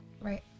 right